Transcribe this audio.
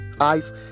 eyes